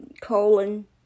colon